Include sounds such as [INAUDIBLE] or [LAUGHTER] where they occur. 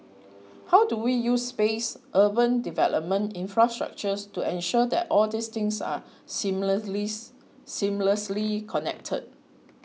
how do we use space urban development infrastructures to ensure that all these things are [UNINTELLIGIBLE] seamlessly connected